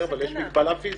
אבל יש מגבלה פיזית.